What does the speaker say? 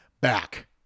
back